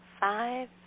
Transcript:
Five